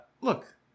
Look